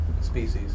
species